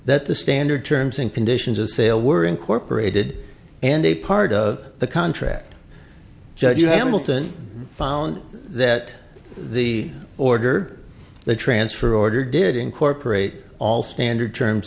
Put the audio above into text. that the standard terms and conditions of sale were incorporated and a part of the contract judge you hamilton found that the order the transfer order did incorporate all standard terms